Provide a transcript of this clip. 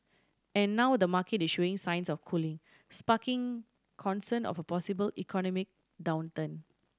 and now the market is showing signs of cooling sparking concern of a possible economic downturn